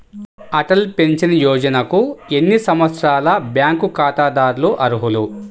Atal pension యోజనకు ఎన్ని సంవత్సరాల బ్యాంక్ ఖాతాదారులు అర్హులు?